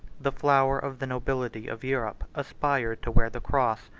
the flower of the nobility of europe aspired to wear the cross,